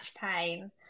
pain